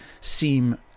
seem